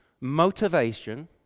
motivation